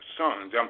sons